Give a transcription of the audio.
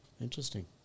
Interesting